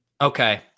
Okay